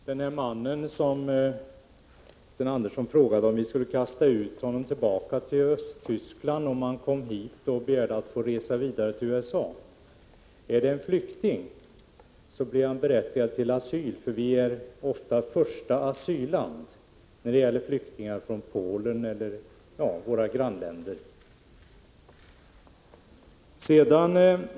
Fru talman! Sten Andersson i Malmö frågade om vi skulle kasta tillbaka den där mannen till Östtyskland, om han kom hit och begärde att få resa vidare till USA. Jag vill då säga att om han är en flykting blir han berättigad till asyl. Vårt land är nämligen ofta första asylland när det gäller flyktingar från Polen eller våra grannländer.